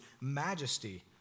majesty